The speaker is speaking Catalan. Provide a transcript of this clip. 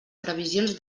previsions